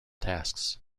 tasks